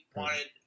wanted